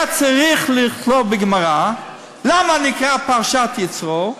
היה צריך לכלול בגמרא למה נקראת פרשת יתרו,